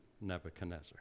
Nebuchadnezzar